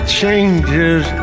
changes